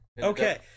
Okay